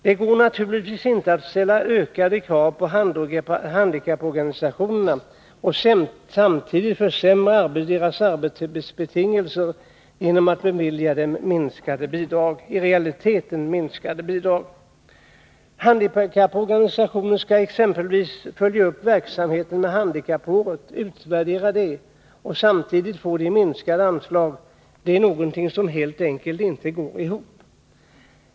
Det går naturligtvis inte att ställa ökade krav på handikapporganisationerna och samtidigt försämra deras arbetsbetingelser genom att bevilja dem i realiteten minskade bidrag. Handikapporganisationerna skall exempelvis följa upp verksamheten med handikappåret samt utvärdera det och samtidigt få minskade anslag. Det går helt enkelt inte ihop.